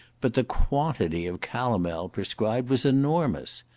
but the quantity of calomel prescribed was enormous.